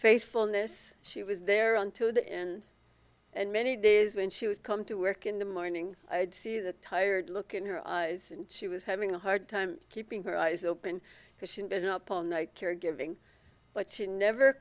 faithfulness she was there on to the end and many days when she would come to work in the morning i'd see the tired look in her eyes and she was having a hard time keeping her eyes open because she'd been up all night caregiving but she never